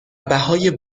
بهای